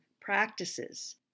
practices